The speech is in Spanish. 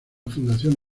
fundación